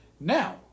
Now